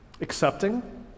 Accepting